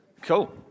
Cool